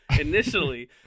initially